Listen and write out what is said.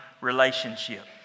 relationship